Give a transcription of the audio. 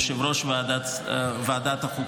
יושב-ראש ועדת החוקה,